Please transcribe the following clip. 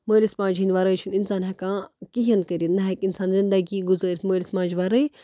مٲلِس ماجہِ ہِنٛدۍ وَرٲے چھُنہٕ اِنسان ہٮ۪کان کِہیٖنۍ کٔرِتھ نَہ ہٮ۪کہِ اِنسان زندگی گُزٲرِتھ مٲلِس ماجہِ وَرٲے